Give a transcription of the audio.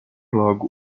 logo